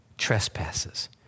trespasses